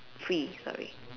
free sorry